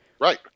Right